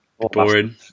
boring